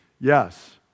yes